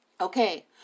Okay